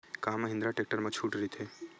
का महिंद्रा टेक्टर मा छुट राइथे?